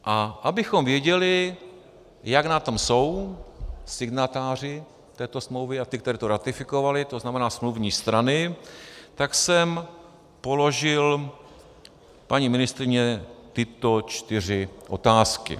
A abychom věděli, jak na tom jsou signatáři této smlouvy a ti, kteří to ratifikovali, tzn. smluvní strany, tak jsem položil paní ministryni tyto čtyři otázky: